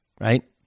right